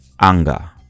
anger